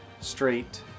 straight